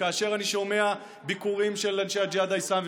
וכאשר אני שומע על ביקורים של אנשי הג'יהאד האסלאמי,